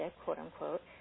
quote-unquote